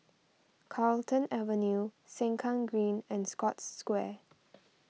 Carlton Avenue Sengkang Green and Scotts Square